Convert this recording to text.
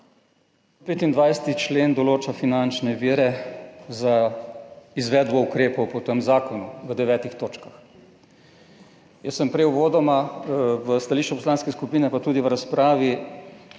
125. člen določa finančne vire za izvedbo ukrepov po tem zakonu v devetih točkah. Jaz sem prej uvodoma v stališču poslanske skupine pa tudi v razpravi